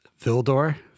Vildor